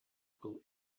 will